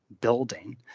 building